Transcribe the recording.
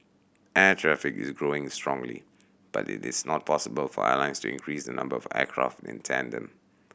air traffic is growing strongly but it is not possible for airlines to increase the number of aircraft in tandem